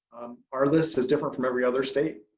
our list is different from every other state.